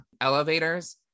Elevators